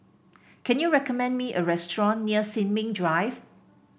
can you recommend me a restaurant near Sin Ming Drive